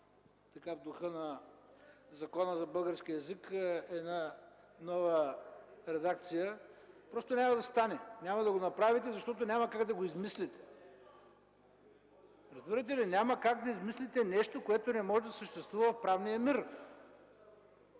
отзад, в духа на Закона за българския език, една нова редакция, но просто няма да стане. Няма да го направите, защото няма как да го измислите! Разбирате ли, няма как да измислите нещо, което не може да съществува в правния мир?